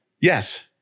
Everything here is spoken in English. Yes